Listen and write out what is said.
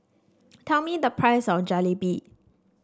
tell me the price of Jalebi